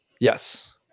yes